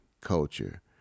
culture